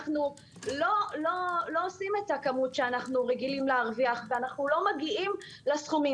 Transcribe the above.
אנחנו לא עושים את הכמות שאנחנו רגילים להרוויח ואנחנו לא מגיעים לסכומים